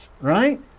right